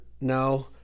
No